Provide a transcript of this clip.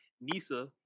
Nisa